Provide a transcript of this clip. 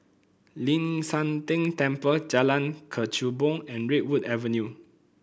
Ling San Teng Temple Jalan Kechubong and Redwood Avenue